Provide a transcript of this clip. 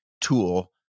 tool